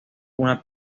una